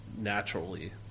naturally